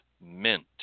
mint